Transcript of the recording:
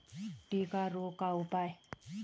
टिक्का रोग का उपाय?